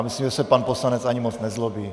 Myslím, že se pan poslanec ani moc nezlobí.